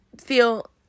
feel